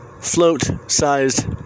float-sized